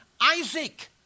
Isaac